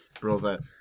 brother